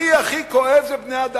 הכי הכי כואב זה בני-אדם.